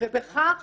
ובכך